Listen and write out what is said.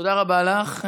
תודה רבה לך,